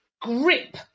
grip